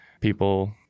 People